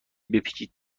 بپیچید